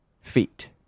feet